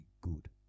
good